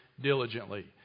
diligently